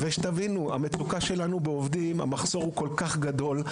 תבינו, המחסור בעובדים הוא כל כך גדול.